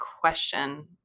question